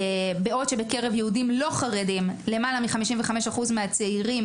בעוד שבקרב יהודים לא חרדים למעלה מ-55% מהצעירים